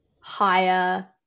higher